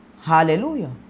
Hallelujah